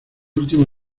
último